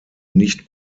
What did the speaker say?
nicht